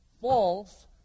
false